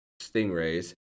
Stingrays